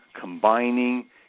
combining